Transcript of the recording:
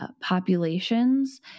populations